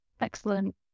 Excellent